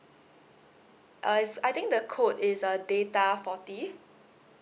uh is I think the code is uh data forty